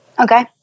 Okay